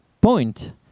point